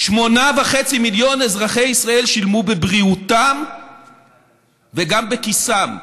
8.5 מיליון אזרחי ישראל שילמו בבריאותם וגם בכיסם,